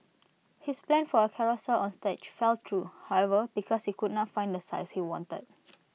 his plan for A carousel on stage fell through however because he could not find the size he wanted